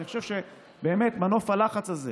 אני חושב שבאמת מנוף הלחץ הזה